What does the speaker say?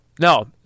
no